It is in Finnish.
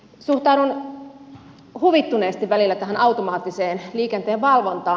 suhtaudun huvittuneesti välillä tähän automaattiseen liikenteenvalvontaan